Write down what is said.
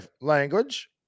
language